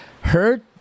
hurt